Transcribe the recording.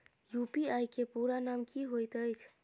UPI केँ पूरा नाम की होइत अछि?